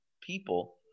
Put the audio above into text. people